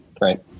right